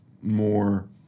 more